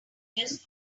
just